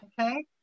Okay